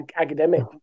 academic